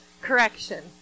Correction